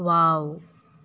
wow